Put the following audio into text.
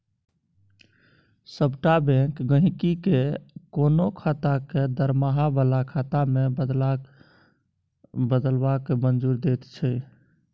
सभटा बैंक गहिंकी केँ कोनो खाता केँ दरमाहा बला खाता मे बदलबाक मंजूरी दैत छै